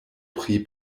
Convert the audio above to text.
pri